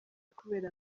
kubera